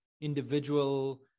individual